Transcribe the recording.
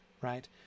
right